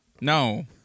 no